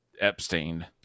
Epstein